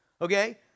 okay